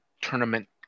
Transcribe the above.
tournament